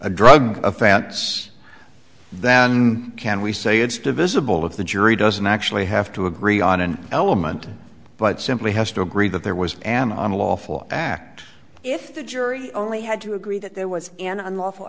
a drug offense then can we say it's divisible of the jury doesn't actually have to agree on an element but simply has to agree that there was an unlawful act if the jury only had to agree that there was an unlawful